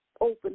open